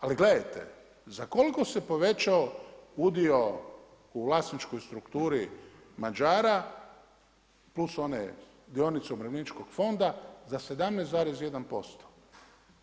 Ali gledajte, za koliko se povećao udio u vlasničkoj strukturi Mađara pluse one dionice umirovljeničkog fonda za 17,1%